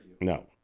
No